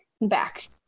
back